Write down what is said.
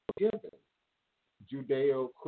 Judeo-Christian